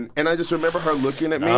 and and i just remember her looking at me